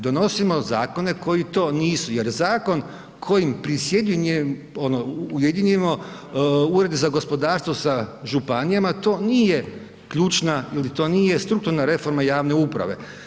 Donosimo zakone koji to nisu jer zakon kojim ujedinimo urede za gospodarstvo sa županijama, to nije ključna ili to nije strukturna reforma javne uprave.